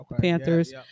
Panthers